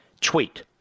tweet